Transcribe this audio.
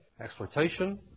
Exploitation